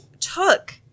Took